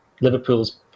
liverpool's